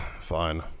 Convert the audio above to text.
Fine